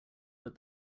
that